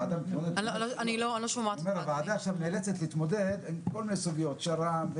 הוועדה עכשיו נאלצת להתמודד עם כל מיני סוגיות שר"מ,